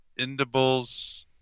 Indibles